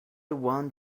want